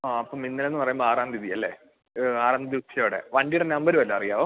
ആ അപ്പം ഇന്നലെയെന്ന് പറയുമ്പോള് ആറാം തീയതി അല്ലേ ഇത് ആറാം തീയതി ഉച്ചയോടെ വണ്ടിയുടെ നമ്പര് വല്ലതും അറിയാമോ